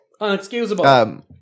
unexcusable